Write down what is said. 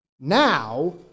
Now